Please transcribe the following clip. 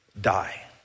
die